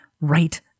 right